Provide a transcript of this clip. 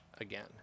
again